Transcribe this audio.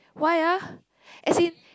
why ah as in